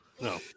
No